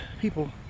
people